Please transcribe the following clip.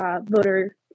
voter